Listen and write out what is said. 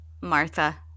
Martha